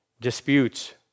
disputes